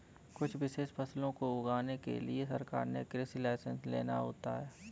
कुछ विशेष फसलों को उगाने के लिए सरकार से कृषि लाइसेंस लेना होता है